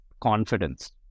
confidence